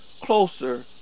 closer